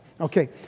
Okay